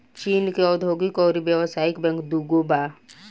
चीन के औधोगिक अउरी व्यावसायिक बैंक दुनो बा